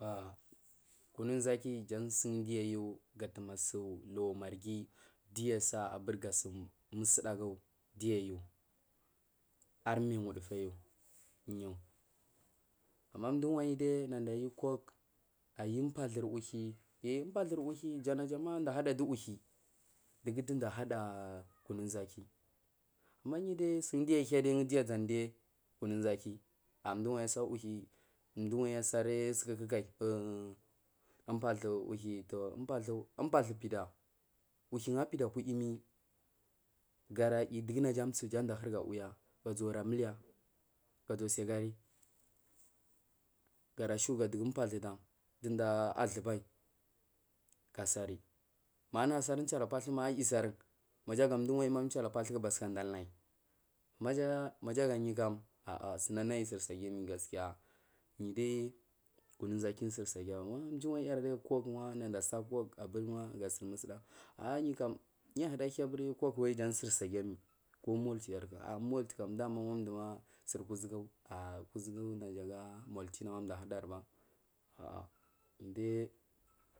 Ah kunun ʒaki jan sudiyuayu gatamari lu marghi duyusa gasu musdagu duyu ayu armiwuduyayu niyu ama mduwanyu dai naɗayu coke yu umoathur uthuwi yre umpathur uhuwi najama mdu ahada uhuwi dugu duda ahada kununʒaki ama yudi sungudu aʒangi kunun ʒaki amduguwanyi asa uhuwi mdagawanyi sukuku kai umpathu uhuvi toh umpathu umpathu pida uhuwigu apida uku yimi garayu dugu naja amsu ahurga wiya bra muliya gaʒuwa sigari gara shuga umpathu dam tunda athubai gasari mayanagu asari uchala pathu asirgu maja mduwamai uchala pathur ma basuka danda dalnayi maja gayu kam ah ah sunana sursa guyamai yu gaskiya niyu dai kunun ʒaki sursagiya wamjuwanyi dai wa nada sa coke aberwa gasumusdagu ama niyu kam niyu huda hiya coke abur wan jan sursaguyamai ko malt ku yarku malt wan mduma abur kuʒugu kuʒugu najaga malt nagum dahadarima ah niyu